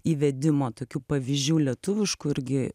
įvedimo tokių pavyzdžių lietuviškų irgi